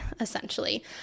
essentially